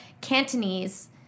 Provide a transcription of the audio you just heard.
Cantonese